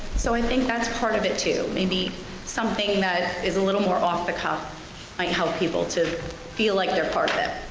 so i think that's part of it too maybe something that is a little more off the cuff might help people to feel like they're part of it.